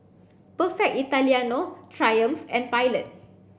Perfect Italiano Triumph and Pilot